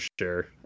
sure